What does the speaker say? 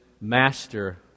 master